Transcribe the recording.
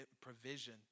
provision